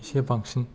एसे बांसिन